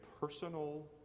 personal